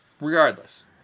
regardless